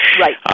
Right